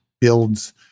builds